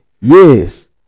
Yes